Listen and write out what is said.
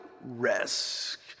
risk